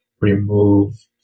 remove